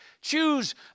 Choose